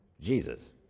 Jesus